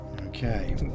Okay